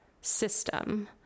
system